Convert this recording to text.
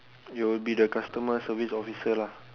you'll be the customer service officer lah